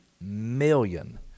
million